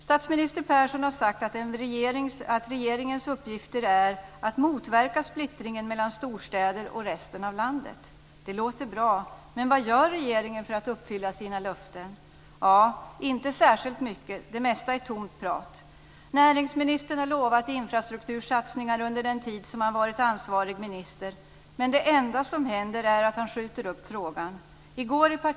Statsminister Persson har sagt att en av regeringens uppgifter är att motverka splittringen mellan storstäder och resten av landet. Det låter bra, men vad gör regeringen för att uppfylla sina löften? Ja, inte särskilt mycket. Det mesta är tomt prat. Näringsministern har lovat infrastruktursatsningar under den tid han har varit ansvarig minister, men det enda som händer är att han skjuter upp frågan.